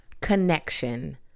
connection